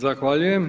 Zahvaljujem.